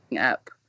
up